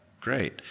Great